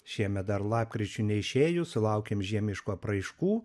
šiemet dar lapkričiui neišėjus sulaukėm žiemiškų apraiškų